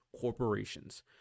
corporations